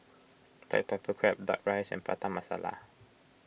Black Pepper Crab Duck Rice and Prata Masala